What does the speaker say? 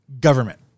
Government